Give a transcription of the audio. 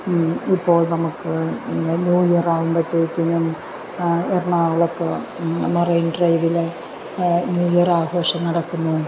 ഇപ്പോൾ നമുക്ക് new year ആകുമ്പോഴത്തേക്കും എറണാകുളമൊക്കെ മറേൻ ഡ്രൈവിലെ ന്യൂ ഇയർ ആഘോഷം നടക്കുന്നു